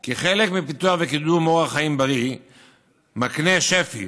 כי כחלק מפיתוח וקידום של אורח חיים בריא מקנה שפ"י,